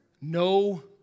No